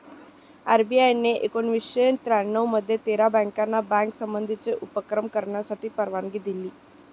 RBI ने एकोणावीसशे त्र्यानऊ मध्ये तेरा बँकाना बँक संबंधीचे उपक्रम करण्यासाठी परवानगी दिली